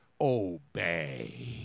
obey